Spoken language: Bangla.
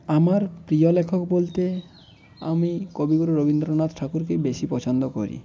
আমার প্রিয় লেখক বলতে আমি কবিগুরু রবীন্দ্রনাথ ঠাকুরকেই বেশি পছন্দ করি